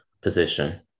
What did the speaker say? position